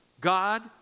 god